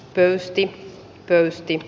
pöysti pöysti